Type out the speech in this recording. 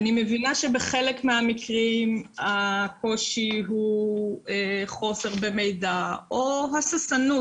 אני מבינה שבחלק מהמקרים הקושי הוא חוסר במידע או הססנות,